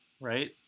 right